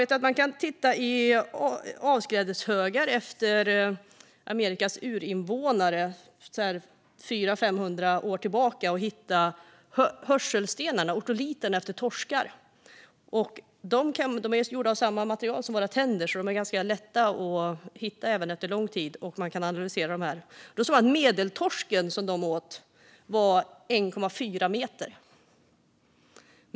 Man kan titta i avskrädeshögar efter Amerikas urinvånare, 400-500 år tillbaka, och hitta hörselstenar, otoliter, efter torskar. De är gjorda av samma material som våra tänder, så de är ganska lätta att hitta även efter lång tid. Man kan analysera dem, och då såg man att medeltorsken som de åt var 1,4 meter.